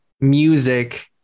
music